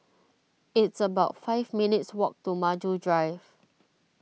it's about five minutes' walk to Maju Drive